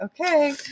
Okay